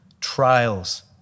trials